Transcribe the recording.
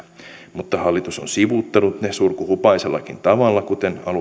mutta hallitus on sivuuttanut ne surkuhupaisellakin tavalla kuten